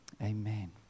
Amen